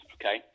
okay